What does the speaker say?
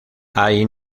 hay